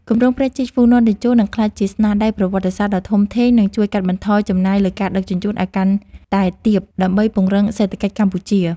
គម្រោងព្រែកជីកហ្វូណនតេជោនឹងក្លាយជាស្នាដៃប្រវត្តិសាស្ត្រដ៏ធំធេង និង ជួយកាត់បន្ថយចំណាយលើការដឹកជញ្ជូនឱ្យកាន់តែទាបដើម្បីពង្រឹងសេដ្ឋកិច្ចកម្ពុជា។